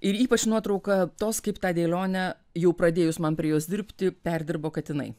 ir ypač nuotrauką tos kaip tą dėlionę jau pradėjus man prie jos dirbti perdirbo katinai